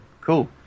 Cool